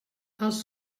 els